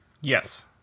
Yes